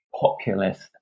populist